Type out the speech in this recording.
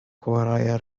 chwaraea